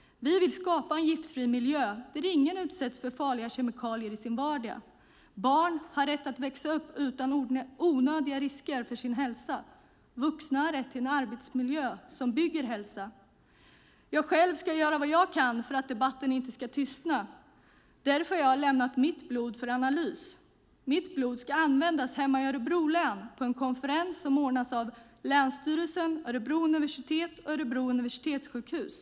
Vi vill skapa en giftfri miljö där ingen utsätts för farliga kemikalier i sin vardag. Barn har rätt att växa upp utan onödiga risker för sin hälsa, och vuxna har rätt till en arbetsmiljö som bygger hälsa. Själv ska jag göra vad jag kan för att debatten inte ska tystna. Därför har jag lämnat mitt blod för analys. Mitt blod ska användas hemma i Örebro län på en konferens som ordnas av länsstyrelsen, Örebro universitet och Örebro universitetssjukhus.